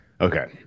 Okay